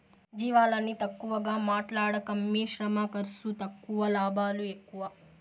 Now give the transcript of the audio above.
జీవాలని తక్కువగా మాట్లాడకమ్మీ శ్రమ ఖర్సు తక్కువ లాభాలు ఎక్కువ